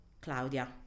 Claudia